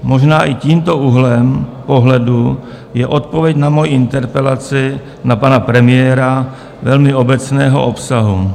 Možná i tímto úhlem pohledu je odpověď na moji interpelaci na pana premiéra velmi obecného obsahu.